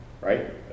right